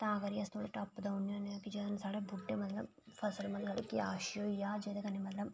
तां करियै अस थोह्ड़े टप्प देई ओड़ने होन्ने कि साढ़े मतलब बूह्टे फसल अच्छी होई जा जेह्दे कन्नै मतलब